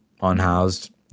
unhoused